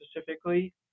specifically